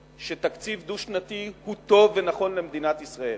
שתקציב דו-שנתי הוא טוב ונכון למדינת ישראל.